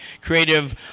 creative